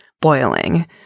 boiling